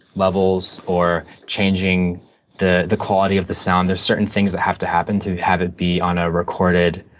levels or changing the the quality of the sound. there's certain things that have to happen to have it be on a recorded